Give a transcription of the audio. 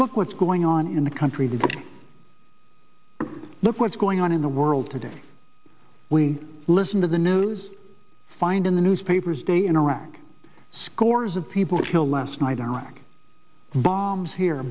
look what's going on in the country today look what's going on in the world today we listen to the news find in the newspapers day in iraq scores of people were killed last night iraq bombs here